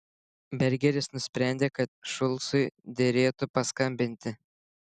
bergeris nusprendė kad šulcui derėtų paskambinti